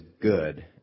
good